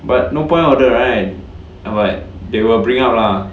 but no point order right ah but they will bring up lah